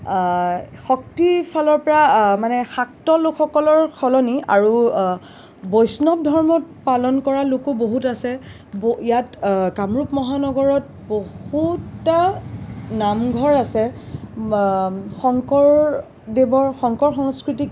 শক্তি ফালৰ পৰা মানে শাক্ত লোকসকলৰ সলনি আৰু বৈষ্ণৱ ধৰ্ম পালন কৰা লোকো বহুত আছে ইয়াত কামৰূপ মহানগৰত বহুতটা নামঘৰ আছে শংকৰ দেৱৰ শংকৰ সংস্কৃতিক